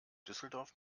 düsseldorf